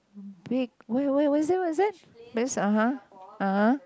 a big wha~ what what is that what is that (uh huh) (uh huh)